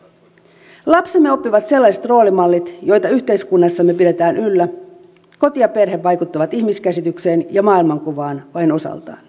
lapsemme oppivat sellaiset roolimallit joita yhteiskunnassamme pidetään yllä koti ja perhe vaikuttavat ihmiskäsitykseen ja maailmankuvaan vain osaltaan